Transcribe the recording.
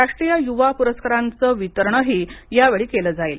राष्ट्रीय युवा पुरस्कारांचे वितरणही या वेळी केले जाईल